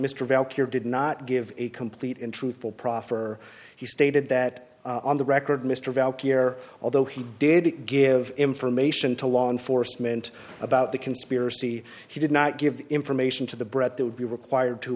care did not give a complete and truthful proffer he stated that on the record mr vaile care although he did give information to law enforcement about the conspiracy he did not give information to the bread that would be required to